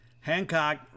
Hancock